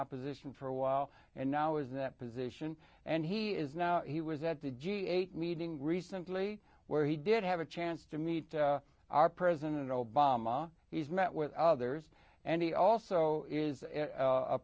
opposition for a while and now is in that position and he is now he was at the g eight meeting recently where he did have a chance to meet our president obama he's met with others and he also is a